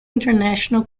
international